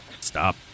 Stop